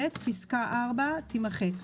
פסקה (4) תימחק.